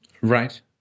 right